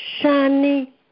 shiny